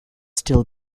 still